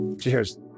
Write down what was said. Cheers